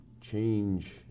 change